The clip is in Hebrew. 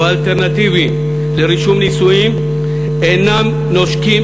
או האלטרנטיביים לרישום נישואים אינם נושקים